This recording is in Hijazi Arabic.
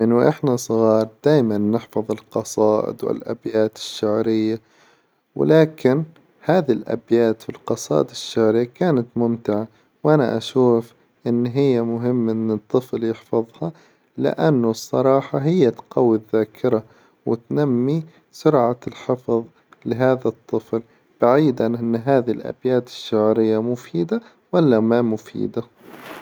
من وإحنا صغار دايما نحفظ القصائد والأبيات الشعرية، ولكن هذي الأبيات والقصائد الشعرية كانت ممتعة، وأنا أشوف إن هي مهمة إن الطفل يحفظها، لأنه الصراحة هي تقوي الذاكرة، وتنمي سرعة الحفظ لهذا الطفل، بعيداً إن هذي الأبيات الشعرية مفيدة ولا ما مفيدة.